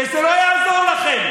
וזה לא יעזור לכם,